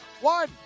one